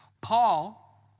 Paul